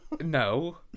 no